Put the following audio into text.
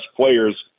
players